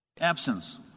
Absence